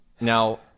now